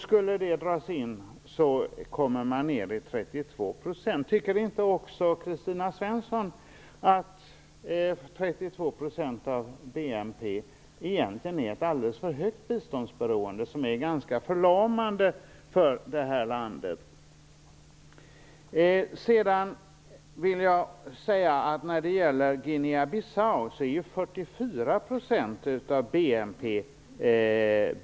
Skulle det dras in kommer man ned i 32 %. Tycker inte också Kristina Svensson att 32 % av BNP egentligen är ett alldeles för stort biståndsberoende och ganska förlamande för landet? När det gäller Guinea Bissau är biståndsberoendet 44 % av BNP.